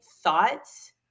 thoughts